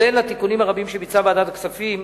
כולל התיקונים הרבים שביצעה ועדת הכספים,